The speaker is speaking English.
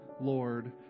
lord